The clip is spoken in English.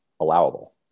allowable